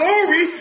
glory